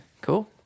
Cool